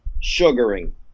sugaring